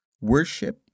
worship